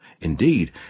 Indeed